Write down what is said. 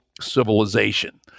civilization